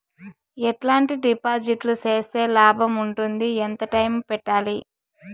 ఎట్లాంటి డిపాజిట్లు సేస్తే లాభం ఉంటుంది? ఎంత టైము పెట్టాలి?